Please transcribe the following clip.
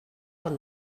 con